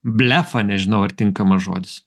blefą nežinau ar tinkamas žodis